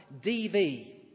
DV